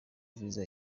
visa